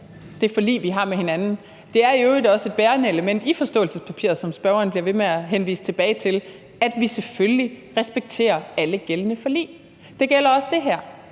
det forlig, som vi har med hinanden. Det er jo også et bærende element i forståelsespapiret, som spørgeren bliver ved med at henvise tilbage til, at vi selvfølgelig respekterer alle gældende forlig – det gælder også det her.